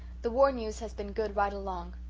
the war news has been good right along.